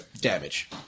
damage